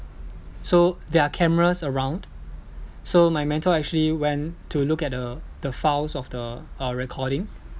so there are cameras around so my mentor actually went to look at the the files of the uh recording